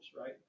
right